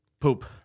Poop